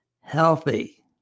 healthy